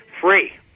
free